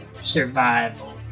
survival